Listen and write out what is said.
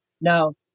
Now